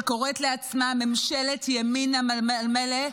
שקוראת לעצמה ממשלת ימין על מלא,